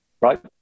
right